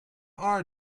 are